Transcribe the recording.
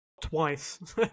twice